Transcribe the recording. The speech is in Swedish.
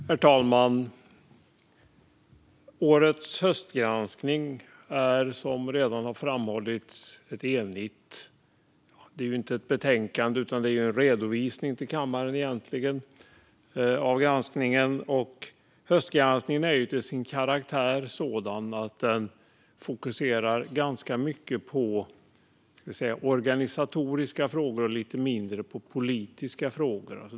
Herr talman! I årets höstgranskning är vi, som redan framhållits, eniga. Det är egentligen inte ett betänkande utan en redovisning för kammaren av granskningen. Höstgranskningen är sådan till sin karaktär att den fokuserar ganska mycket på organisatoriska frågor och lite mindre på politiska frågor.